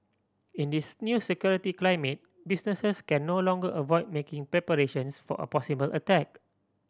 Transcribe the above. in this new security climate businesses can no longer avoid making preparations for a possible attack